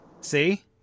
See